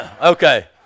Okay